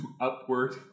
upward